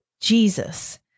Jesus